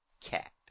cat